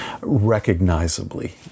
Recognizably